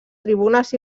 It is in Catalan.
tribunes